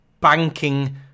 banking